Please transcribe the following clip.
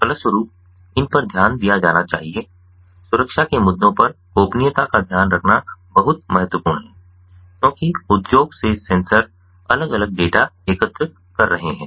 फलस्वरूप इन पर ध्यान दिया जाना चाहिए सुरक्षा के मुद्दों पर गोपनीयता का ध्यान रखना बहुत महत्वपूर्ण है क्योंकि उद्योग से सेंसर अलग अलग डेटा एकत्र कर रहे हैं